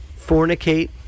fornicate